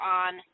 on